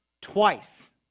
twice